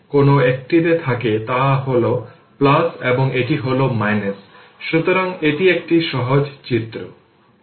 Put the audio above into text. অতএব 02 08 equivalent resistor হল 1 Ω এবং সেক্ষেত্রে সার্কিটের টাইম কনস্ট্যান্ট হবে τ LR